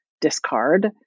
discard